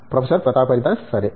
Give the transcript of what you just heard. professor Pratap Haridas సరే